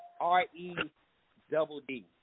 R-E-double-D